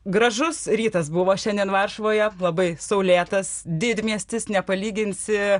gražus rytas buvo šiandien varšuvoje labai saulėtas didmiestis nepalyginsi